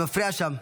זה מפריע שם.